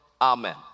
Amen